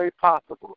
possible